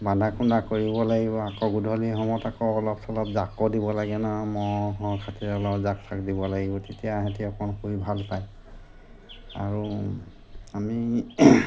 বান্ধা কুন্ধা কৰিব লাগিব আকৌ গধূলি সময়ত আকৌ অলপ চলপ জাকো দিব লাগে নহয় জাক চাক দিব লাগিব তেতিয়া সিহঁতে অকণ শুই ভাল পায় আৰু আমি